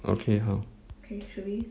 okay 好